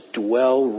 dwell